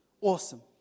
Awesome